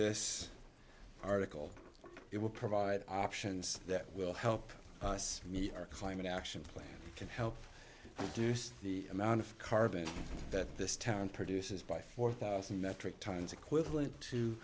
this article it will provide options that will help us meet our climate action plan can help boost the amount of carbon that this town produces by four thousand metric tons equivalent to